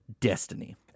Destiny